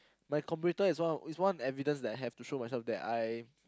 my computer is one is one evidence that I have to show myself that I